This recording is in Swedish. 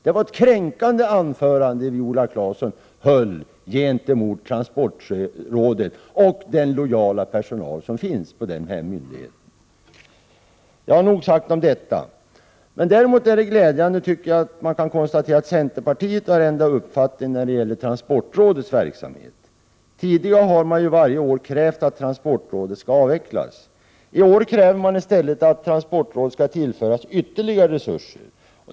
Det anförande som Viola Claesson höll var kränkande gentemot transportrådet och den lojala personal som finns på denna myndighet. Nog sagt om detta. Däremot är det glädjande att kunna konstatera att centerpartiet har ändrat uppfattning när det gäller transportrådets verksamhet. Tidigare har man ju varje år krävt att transportrådet skall avvecklas. I år kräver man i stället att transportrådet skall tillföras ytterligare resurser.